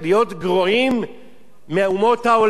להיות גרועים מאומות העולם,